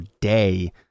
day